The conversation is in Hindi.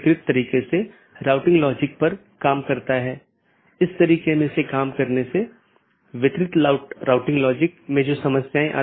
पैकेट IBGP साथियों के बीच फॉरवर्ड होने के लिए एक IBGP जानकार मार्गों का उपयोग करता है